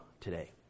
today